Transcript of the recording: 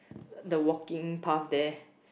the walking path there